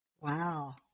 Wow